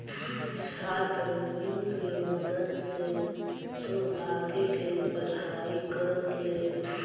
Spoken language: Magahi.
छात्र ऋण के मदद से तु आगे के पढ़ाई कर ले